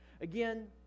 Again